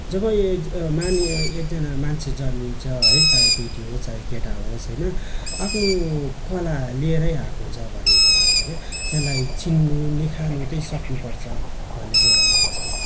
जब ए ज माने एकजना मान्छे जन्मिन्छ है चाहे केटी होस् चाहे केटा होस् होइन आफ्नो कला लिएरै आएको हुन्छ भनिन्छ खासमा क्या त्यसलाई चिन्नु निर्खानु त्यही सक्नुपर्छ भन्ने चाहिँ एउटा मोह छ